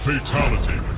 Fatality